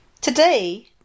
Today